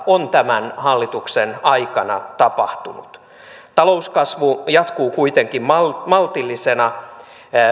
on tämän hallituksen aikana tapahtunut talouskasvu jatkuu kuitenkin maltillisena